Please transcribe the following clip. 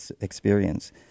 experience